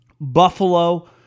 Buffalo